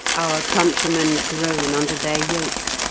our countrymen groan under their yoke,